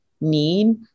need